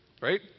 right